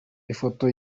ifoto